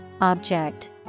object